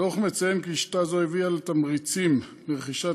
הדוח מציין כי שיטה זו הביאה לתמריצים לרכישת